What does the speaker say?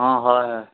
অঁ হয় হয়